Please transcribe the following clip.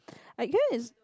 I guess